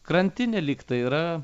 krantinė lyg tai yra